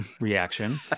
reaction